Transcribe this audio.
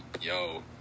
Yo